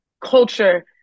culture